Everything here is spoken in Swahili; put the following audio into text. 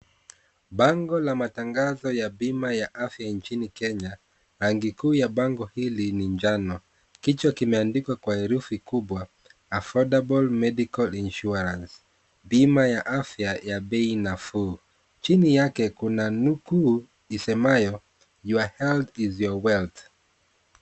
Bango la matangazo ya bima afya nchini kenya, rangi kuu ya bango hili ni njano kichwa kimeandikwa kwa herufi kubwa affordable medical insurance bima ya afya ya bei nafuu chini yake kuna nukuu isemayo your health is your wealth .